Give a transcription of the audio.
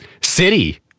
city